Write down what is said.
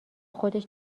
خودش